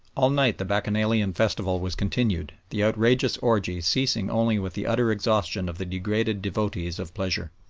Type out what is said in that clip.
all night the bacchanalian festival was continued, the outrageous orgie ceasing only with the utter exhaustion of the degraded devotees of pleasure.